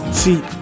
See